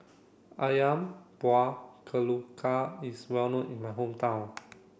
Ayam Buah Keluak is well known in my hometown